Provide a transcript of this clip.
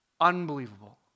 Unbelievable